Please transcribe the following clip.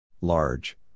Large